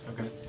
Okay